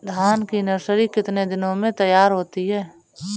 धान की नर्सरी कितने दिनों में तैयार होती है?